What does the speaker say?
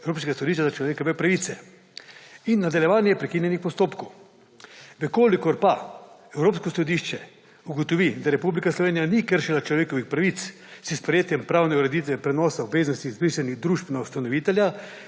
Evropskega sodišča za človekove pravice in nadaljevanje prekinjenih postopkov. Če pa Evropsko sodišče ugotovi, da Republika Slovenija ni kršila človekovih pravic s sprejetjem pravne ureditve prenosa obveznosti izbrisanih družb na ustanovitelja